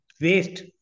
waste